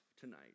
tonight